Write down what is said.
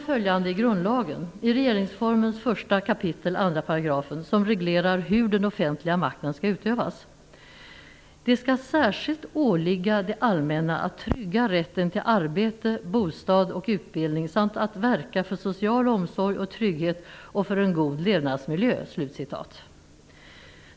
Följande står i grundlagen i 1 kap. 2 § regeringsformen, som reglerar hur den offentliga makten skall utövas: "Det skall särskilt åligga det allmänna att trygga rätten till arbete, bostad och utbildning samt att verka för social omsorg och trygghet och för en god levnadsmiljö."